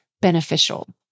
beneficial